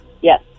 Yes